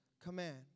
command